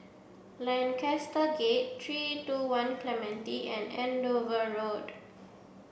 Lancaster Gate three two one Clementi and Andover Road